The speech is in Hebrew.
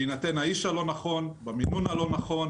בהינתן האיש הלא-נכון, במינון הלא-נכון,